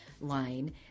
Line